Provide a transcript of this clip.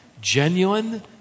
genuine